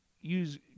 use